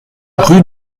rue